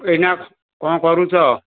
ଏଇନା କ'ଣ କରୁଛ